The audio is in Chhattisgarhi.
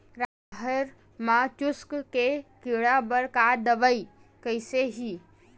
राहेर म चुस्क के कीड़ा बर का दवाई कइसे ही?